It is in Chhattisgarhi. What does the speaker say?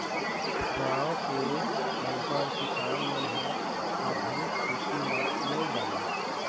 गाँव के अनपढ़ किसान मन ह आधुनिक खेती ल नइ जानय